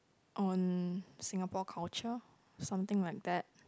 on Singapore culture something like that